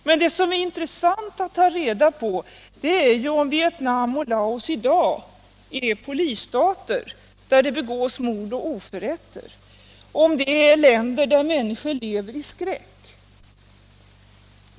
Men det som är intressant att ta reda på är om Vietnam och Laos i dag är polisstater där det begås mord och oförrätter, om de är länder där människor lever i skräck.